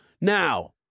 Now